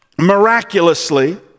miraculously